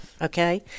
Okay